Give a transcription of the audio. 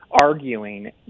arguing